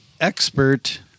expert